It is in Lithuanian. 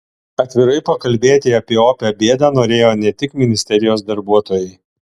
atvirai pakalbėti apie opią bėdą norėjo ne tik ministerijos darbuotojai